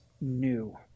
new